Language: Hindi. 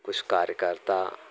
कुछ कार्यकर्ता